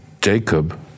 Jacob